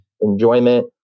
enjoyment